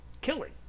killing